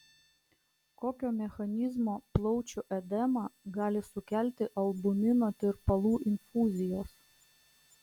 kokio mechanizmo plaučių edemą gali sukelti albumino tirpalų infuzijos